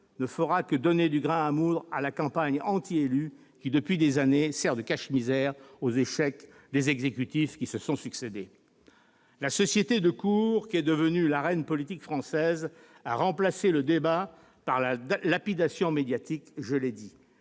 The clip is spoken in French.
ne fera que donner du grain à moudre à la campagne anti-élus qui, depuis des années, sert de cache-misère aux échecs des exécutifs qui se sont succédé. La société de cour qu'est devenue l'arène politique française a remplacé le débat par la lapidation médiatique. Déclenchée